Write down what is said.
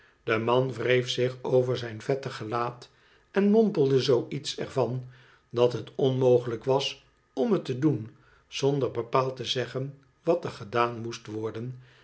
de man wreef zich over zijn vettig gelaat en mompelde zoo iets er van dat het onmogelijk was om het te doen zonder bepaald te zeggen wat er gedaan moest worden